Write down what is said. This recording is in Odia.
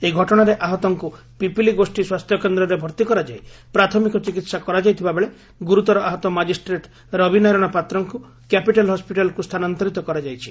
ଏହି ଘଟଶାରେ ଆହତଙ୍କୁ ପିପିଲି ଗୋଷୀ ସ୍ୱାସ୍ଥ୍ୟକେନ୍ଦ୍ରରେ ଭର୍ତିକରାଯାଇ ପ୍ରାଥମିକ ଚିକିସା କରାଯାଇଥିବା ବେଳେ ଗୁରୁତର ଆହତ ମାଜିଷ୍ଟ୍ରେଟ୍ ରବିନାରାୟଶ ପାତ୍ରଙ୍କୁ କ୍ୟାପିଟାଲ୍ ହସ୍ୱିଟାଲ୍କୁ ସ୍ଥାନାନ୍ତରିତ କରାଯାଇଛି